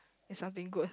is something good ah